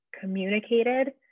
communicated